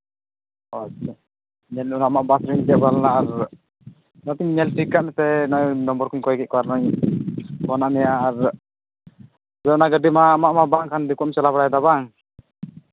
ᱚ ᱟᱪᱪᱷᱟ ᱟᱢᱟᱜ ᱵᱟᱥ ᱨᱮᱧ ᱫᱮᱡ ᱵᱟᱲᱟ ᱞᱮᱱᱟ ᱟᱨ ᱚᱱᱟᱛᱤᱧ ᱧᱮᱞ ᱴᱷᱤᱠ ᱠᱟᱜ ᱢᱮᱛᱮ ᱱᱚᱜᱼᱚᱭ ᱱᱚᱢᱵᱚᱨ ᱠᱚᱧ ᱠᱚᱭᱠᱮᱫ ᱠᱚᱣᱟ ᱱᱚᱜᱼᱚᱭ ᱯᱷᱳᱱᱟᱜ ᱢᱮᱭᱟ ᱟᱨ ᱦᱚᱞᱟᱱᱟᱜ ᱜᱟᱹᱰᱤ ᱢᱟ ᱟᱢᱟᱜ ᱢᱟ ᱵᱟᱝ ᱠᱟᱱ ᱫᱤᱠᱩᱣᱟᱜᱼᱮᱢ ᱪᱟᱞᱟᱣ ᱵᱟᱲᱟᱭᱮᱫᱟ ᱵᱟᱝ